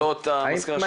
לא את המזכירה שלך.